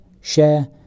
share